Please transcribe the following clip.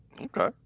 okay